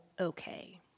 okay